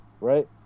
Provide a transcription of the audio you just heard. right